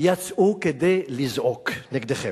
יצאו כדי לזעוק נגדכם.